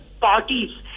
parties